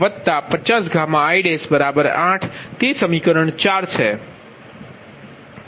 તેથી આ 3 સમીકરણ રેખીય સમીકરણો છે